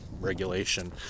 regulation